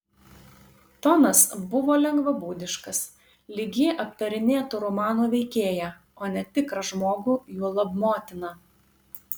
tonas buvo lengvabūdiškas lyg ji aptarinėtų romano veikėją o ne tikrą žmogų juolab motiną